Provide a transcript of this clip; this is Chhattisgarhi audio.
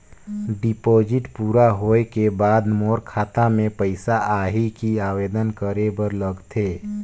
डिपॉजिट पूरा होय के बाद मोर खाता मे पइसा आही कि आवेदन करे बर लगथे?